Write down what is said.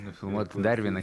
nufilmuot dar vieną